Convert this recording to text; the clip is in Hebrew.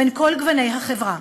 בין כל גוני החברה,